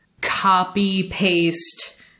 copy-paste